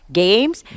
games